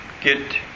get